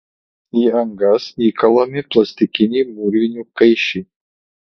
į angas įkalami plastikiniai mūrvinių kaiščiai